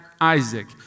Isaac